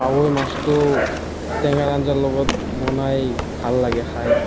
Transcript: কাৱৈ মাছটো টেঙা আঞ্জাৰ লগত বনাই ভাল লাগে খাই